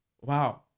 wow